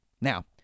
Now